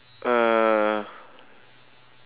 uh